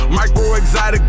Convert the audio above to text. Micro-exotic